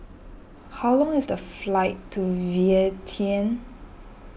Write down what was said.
how long is the flight to Vientiane